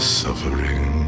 suffering